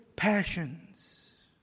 Passions